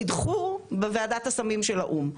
נדחו בוועדת הסמים של האו"מ.